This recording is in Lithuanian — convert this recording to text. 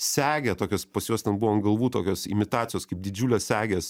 segę tokios pas juos ten buvo ant galvų tokios imitacijos kaip didžiulės segės